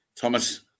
Thomas